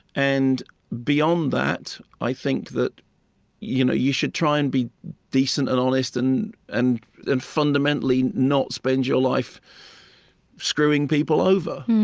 and beyond that, i think that you know you should try and be decent and honest and and fundamentally not spend your life screwing people over.